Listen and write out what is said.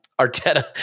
Arteta